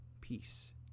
peace